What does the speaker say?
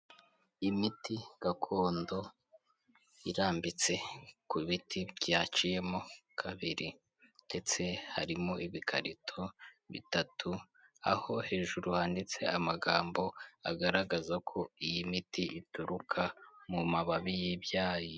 Imiti gakondo irambitse ku biti byaciyemo kabiri ndetse harimo ibikarito bitatu, aho hejuru handitse amagambo agaragaza ko iyi miti ituruka mu mababi y'ibyayi.